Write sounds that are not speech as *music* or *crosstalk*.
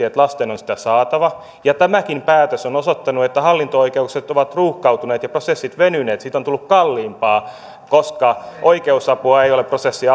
*unintelligible* että lasten on sitä saatava tämäkin päätös on osoittanut että hallinto oikeudet ovat ruuhkautuneet ja prosessit venyneet siitä on tullut kalliimpaa koska oikeusapua ei ole prosessin *unintelligible*